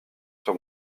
sur